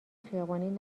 خیابانی